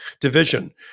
division